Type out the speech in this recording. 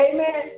Amen